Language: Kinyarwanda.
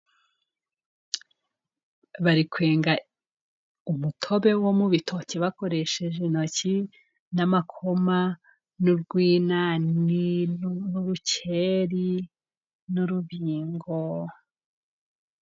Bari kwenga umutobe wo mu bitoke bakoresheje intoki ,n'amakoma ,n'urwina, n'urukeri n'urubingo.